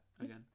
again